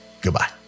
Goodbye